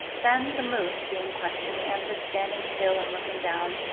then the moose, being questioned, answered, stand ing still and looking down,